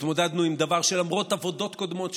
התמודדנו עם דבר שלמרות עבודות קודמות שנעשו,